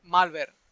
Malware